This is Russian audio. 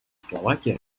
словакия